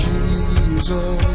Jesus